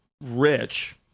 rich